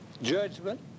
judgment